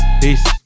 Peace